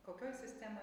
kokioj sistemoj